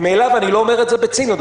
ואני לא אומר את זה בציניות,